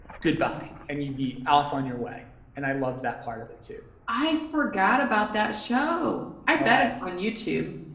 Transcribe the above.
goodbye! and you be off on your way and i loved that part of it too. i forgot about that show! i bet it's on youtube.